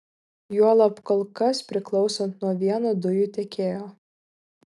juolab kol kas priklausant nuo vieno dujų tiekėjo